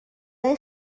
های